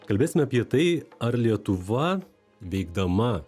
kalbėsime apie tai ar lietuva įveikdama